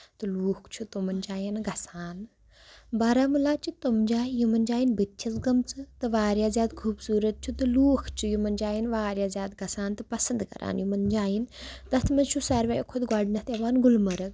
تہٕ لُکھ چھِ تِمن جاین گھاان بارامولہ چھِ تِم جایہِ یِمن جاین بہٕ تہِ چھَس گٔمژٕ تہٕ واریاہ زیادٕ خوٗبصوٗرت چھِ تہٕ لوٗکھ چھِ یِمن جاین واریاہ زیادٕ گژھان تہٕ پسند کران یِمن جاین تَتھ منٛز چھُ سارویو کھۄتہٕ گۄڈٕنیتھ یِوان گُلمَرٕگ